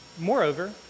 Moreover